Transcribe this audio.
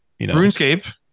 RuneScape